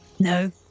No